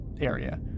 area